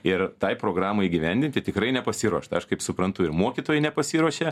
ir tai programai įgyvendinti tikrai nepasiruošta aš kaip suprantu ir mokytojai nepasiruošė